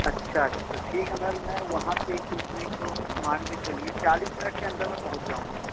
اچھا اچھا ٹھیک ہے میم میں وہاں پہ کچھ نہیں تو مان کے چلیے چالیس منٹ کے اندر میں پہنچ جاؤں گا